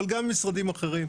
אבל גם ממשרדים אחרים.